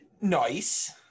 nice